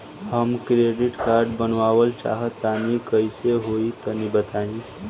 हम credit card बनवावल चाह तनि कइसे होई तनि बताई?